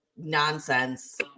nonsense